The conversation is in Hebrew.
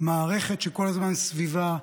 המערכת שכל הזמן סביבה,